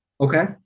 okay